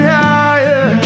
higher